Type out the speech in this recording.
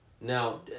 Now